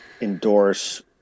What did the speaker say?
endorse